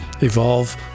evolve